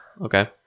Okay